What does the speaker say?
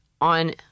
on